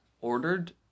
ordered